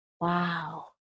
Wow